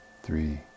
three